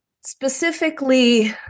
specifically